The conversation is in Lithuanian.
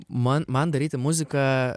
man man daryti muziką